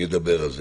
אדבר על זה?